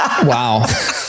Wow